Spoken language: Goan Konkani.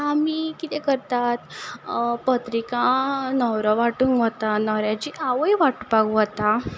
आमी किदें करतात पत्रिका न्हवरो वांटूंक वता न्हवऱ्याची आवय वांटपाक वता